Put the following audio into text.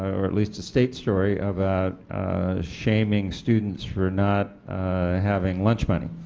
or at least the state story, about shaming students for not having lunch money.